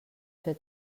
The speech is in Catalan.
fer